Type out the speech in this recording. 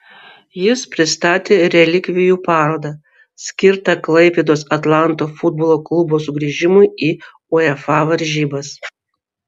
jis pristatė relikvijų parodą skirtą klaipėdos atlanto futbolo klubo sugrįžimui į uefa varžybas